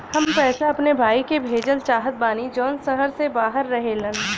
हम पैसा अपने भाई के भेजल चाहत बानी जौन शहर से बाहर रहेलन